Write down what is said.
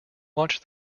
watch